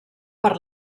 per